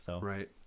Right